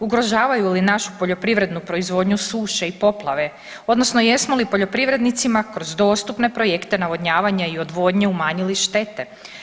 Ugrožavaju li našu poljoprivrednu proizvodnju suše i poplave odnosno jesmo li poljoprivrednicima kroz dostupne projekte navodnjavanja i odvodnje umanjili štete?